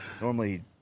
normally